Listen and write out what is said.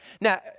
Now